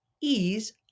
ease